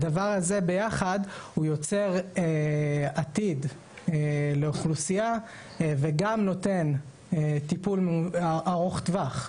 הדבר הזה ביחד הוא יוצר עתיד לאוכלוסייה וגם נותן טיפול ארוך טווח.